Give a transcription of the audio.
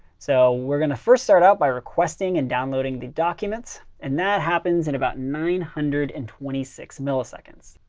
so we're going to first start out by requesting and downloading the documents. and that happens in about nine hundred and twenty six milliseconds.